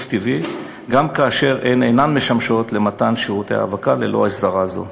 טבעי גם כאשר הן אינן משמשות למתן שירותי האבקה ללא הסדרה זו.